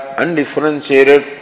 Undifferentiated